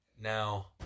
Now